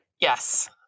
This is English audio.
Yes